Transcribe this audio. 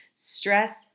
Stress